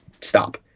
stop